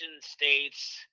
states